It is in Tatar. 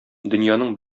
дөньяның